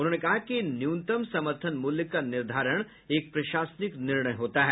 उन्होंने कहा कि न्यूनतम समर्थन मूल्य का निर्धारण एक प्रशासनिक निर्णय होता है